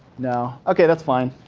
no. okay, that's fine.